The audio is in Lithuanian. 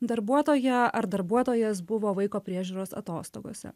darbuotoja ar darbuotojas buvo vaiko priežiūros atostogose